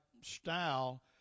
style